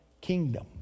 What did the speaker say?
kingdom